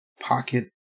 pocket